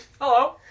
Hello